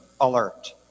alert